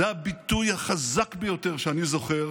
זה הביטוי החזק ביותר שאני זוכר